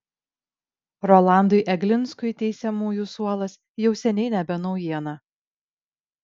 rolandui eglinskui teisiamųjų suolas jau seniai nebe naujiena